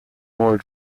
more